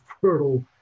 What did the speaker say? fertile